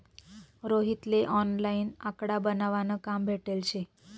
रोहित ले ऑनलाईन आकडा बनावा न काम भेटेल शे